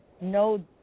no